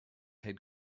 had